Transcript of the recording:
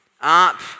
Up